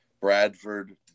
Bradford